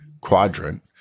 quadrant